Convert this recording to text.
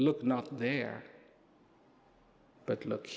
look not there but look